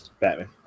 Batman